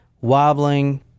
wobbling